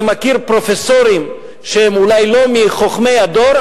אני מכיר פרופסורים שהם אולי לא מחכמי הדור,